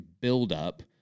buildup